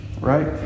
Right